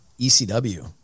ECW